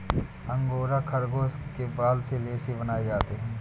angora खरगोश के बाल से रेशे बनाए जाते हैं